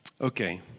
Okay